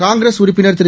காங்கிரஸ்உறுப்பினர்திரு